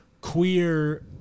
queer